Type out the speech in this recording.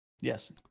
Yes